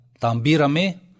tambirame